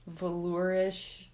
velourish